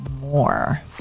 more